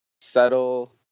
settle